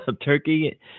Turkey